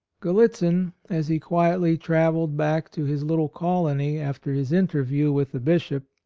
gallitzin, as he quietly travelled back to his little colony after his interview with the bishop,